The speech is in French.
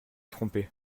tromper